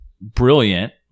brilliant